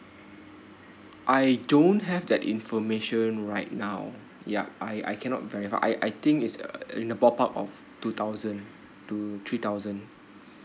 I don't have that information right now yup I I cannot verify I I think it's in a pop up of two thousand to three thousand